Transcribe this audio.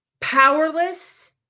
powerless